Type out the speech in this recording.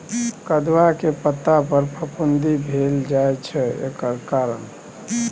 कदुआ के पता पर फफुंदी भेल जाय छै एकर कारण?